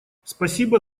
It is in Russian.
спасибо